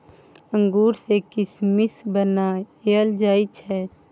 अंगूर सँ किसमिस बनाएल जाइ छै